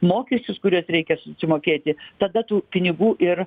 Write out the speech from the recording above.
mokesčius kuriuos reikia susimokėti tada tų pinigų ir